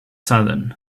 sudden